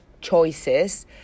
choices